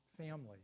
family